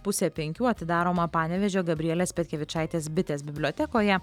pusę penkių atidaroma panevėžio gabrielės petkevičaitės bitės bibliotekoje